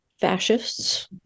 fascists